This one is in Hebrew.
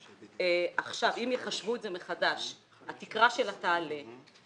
אם ייחשבו את זה מחדש, התקרה שלה תעלה.